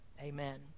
Amen